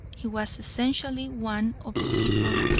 he was essentially one of the people,